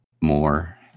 more